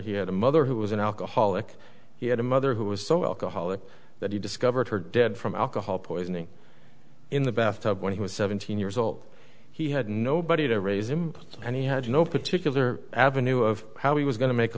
he had a mother who was an alcoholic he had a mother who was so alcoholic that he discovered her dead from alcohol poisoning in the bathtub when he was seventeen years old he had nobody to raise him and he had no particular avenue of how he was going to make a